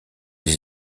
les